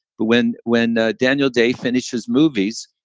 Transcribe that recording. but when when daniel day finishes movies.